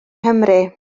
nghymru